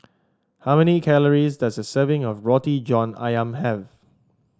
how many calories does a serving of Roti John ayam have